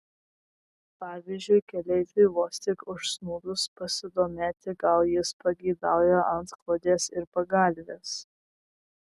pavyzdžiui keleiviui vos tik užsnūdus pasidomėti gal jis pageidauja antklodės ir pagalvės